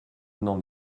n’en